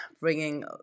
bringing